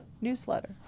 newsletter